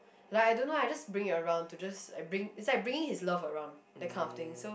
like I don't know I just bring it around to just I bring it's like bringing his love around that kind of thing so